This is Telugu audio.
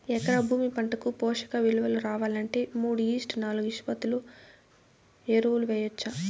ఎకరా భూమి పంటకు పోషక విలువలు రావాలంటే మూడు ఈష్ట్ నాలుగు నిష్పత్తిలో ఎరువులు వేయచ్చా?